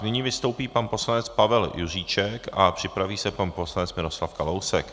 Nyní vystoupí pan poslanec Pavel Juříček a připraví se pan poslanec Miroslav Kalousek.